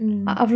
mm